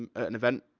um ah an event,